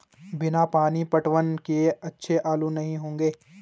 बिना पानी पटवन किए अच्छे आलू नही होंगे